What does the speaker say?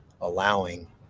allowing